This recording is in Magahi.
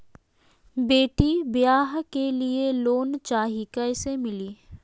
बेटी ब्याह के लिए लोन चाही, कैसे मिली?